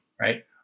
right